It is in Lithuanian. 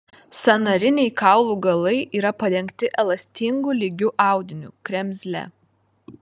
sąnariniai kaulų galai yra padengti elastingu lygiu audiniu kremzle